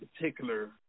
particular